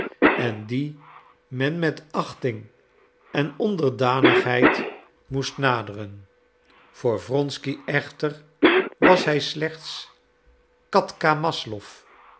en dien men met achting en onderdanigheid moest naderen voor wronsky echter was hij slechts kathka maslow dit was